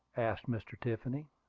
asked mr. tiffany.